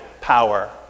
power